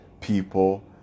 people